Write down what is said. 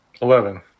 Eleven